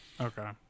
Okay